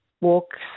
walks